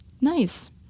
Nice